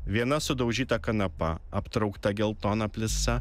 viena sudaužyta kanapa aptraukta geltona plisa